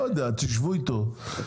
לא יודע, תשבו איתו רגע.